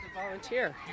volunteer